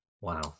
Wow